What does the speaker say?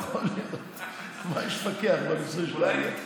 על מה יש לפקח בנושא של העלייה?